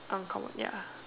uncommon ya